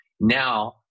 now